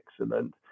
excellent